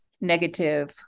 negative